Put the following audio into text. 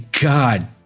God